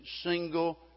single